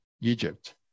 Egypt